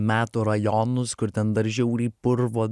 metų rajonus kur ten dar žiauriai purvo